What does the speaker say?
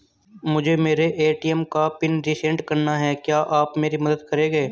मुझे मेरे ए.टी.एम का पिन रीसेट कराना है क्या आप मेरी मदद करेंगे?